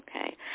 Okay